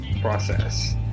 process